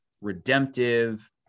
redemptive